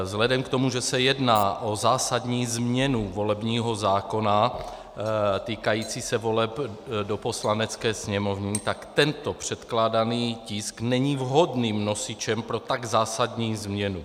Vzhledem k tomu, že se jedná o zásadní změnu volebního zákona týkající se voleb do Poslanecké sněmovny, tak tento předkládaný tisk není vhodným nosičem pro tak zásadní změnu.